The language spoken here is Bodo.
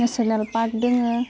नेशेनेल पार्क दङ